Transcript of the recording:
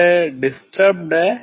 यह डिस्टर्बड है